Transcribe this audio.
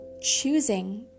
choosing